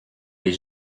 des